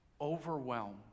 overwhelmed